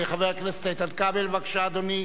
חבר הכנסת איתן כבל, בבקשה, אדוני.